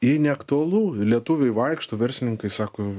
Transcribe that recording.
jai neaktualu lietuviai vaikšto verslininkai sako